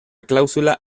cláusula